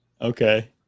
Okay